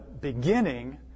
beginning